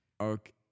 Okay